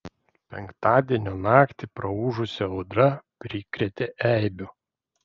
penktadienio naktį praūžusi audra prikrėtė eibių